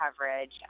coverage